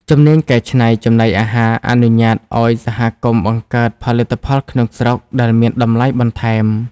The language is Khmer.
ជំនាញកែច្នៃចំណីអាហារអនុញ្ញាតឱ្យសហគមន៍បង្កើតផលិតផលក្នុងស្រុកដែលមានតម្លៃបន្ថែម។